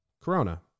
Corona